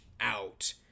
out